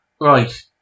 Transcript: Right